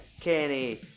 Kenny